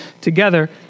together